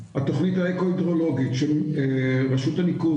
התכנית האקו הידרולוגית של רשות הניקוז